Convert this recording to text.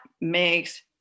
makes